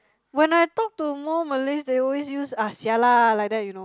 when I talk to more Malays they always use ah sia lah like that you know